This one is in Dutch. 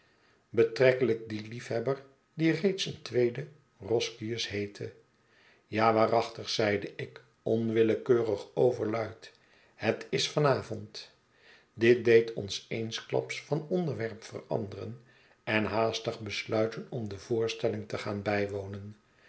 betrekkelijk dien liefhebber die reeds eentweede roscius heette ja waarachtig zeide ik onwillekeurig overluid het is van avondl dit deed ons eensklaps van onderwerp veranderen en haastig besluiten om de voorstelling te gaan bijwonen